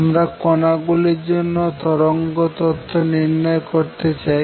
আমরা কণা গুলির জন্য তরঙ্গ তত্ত্ব নির্ণয় করতে চাই